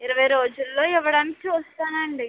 ఇరవై రోజుల్లో ఇవ్వడానికి చూస్తానండి